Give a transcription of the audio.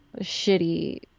shitty